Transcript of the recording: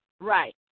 right